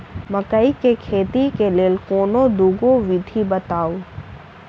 मकई केँ खेती केँ लेल कोनो दुगो विधि बताऊ?